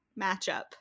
matchup